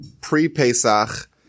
pre-Pesach